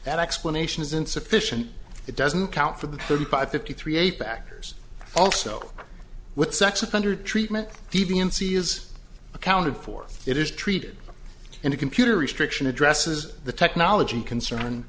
that explanation is insufficient it doesn't count for the thirty five fifty three eight factors also with sex offender treatment deviancy is accounted for it is treated and a computer restriction addresses the technology concern